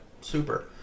Super